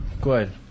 Good